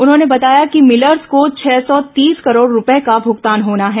उन्होंने बताया कि मिलर्स को छह सौ तीस करोड़ रूपये का भुगतान होना है